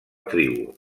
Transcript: tribu